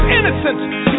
Innocent